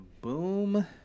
boom